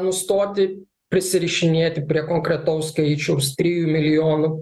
nustoti prisirišinėti prie konkretaus skaičiaus trijų milijonų